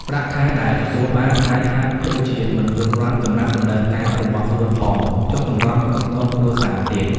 ប្រាក់ខែដែលទទួលបានអាចហាក់ដូចជាមិនគ្រប់គ្រាន់សម្រាប់តម្រូវការរបស់ខ្លួនផង ចុះទម្រាំផ្គត់ផ្គង់គ្រួសារទៀត។